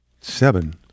seven